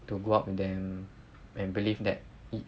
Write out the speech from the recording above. to go out with them and believe that it